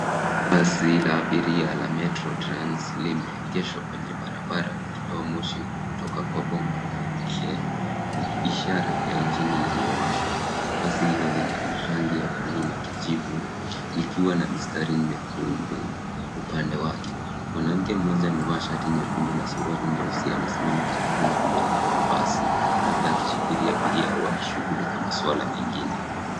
Basi la abiria la Metro Trans limeegeshwa kwenye barabara likitoa moshi kutoka kwa bomba lake, ishara ya injini iliyowashwa. Basi hilo lina rangi ya blue na kijivu, likiwa na mistari miekundu upande wake. Mwanamke mmoja amevaa shati nyekundu na suruali nyeusi amesimama karibu na mlango wa basi, labda akisubiri abiria au akishughulika maswala mengine.